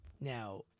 Now